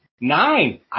Nine